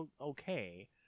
okay